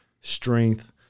strength